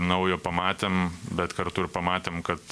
naujo pamatėm bet kartu ir pamatėm kad